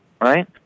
Right